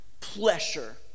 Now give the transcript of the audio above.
pleasure